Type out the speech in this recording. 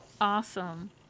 awesome